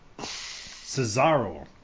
Cesaro